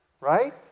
right